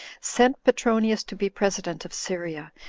sent petronius to be president of syria,